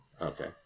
Okay